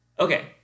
Okay